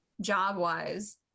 job-wise